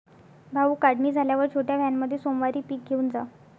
भाऊ, काढणी झाल्यावर छोट्या व्हॅनमध्ये सोमवारी पीक घेऊन जा